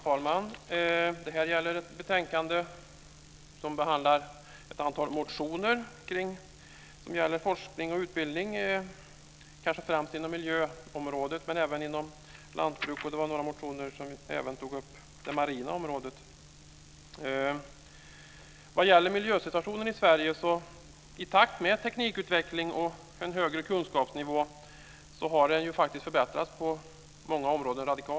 Fru talman! I det här betänkandet behandlas ett antal motioner som gäller forskning och utbildning, kanske främst inom miljöområdet men även inom lantbruket. I några motioner togs även det marina området upp. Miljösituationen i Sverige har i takt med teknikutvecklingen och en högre kunskapsnivå faktiskt radikalt förbättrats på många områden.